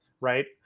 right